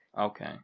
okay